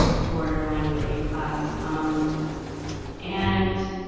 borderline working class. um and,